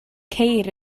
ceir